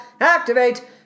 activate